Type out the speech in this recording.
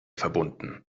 verbunden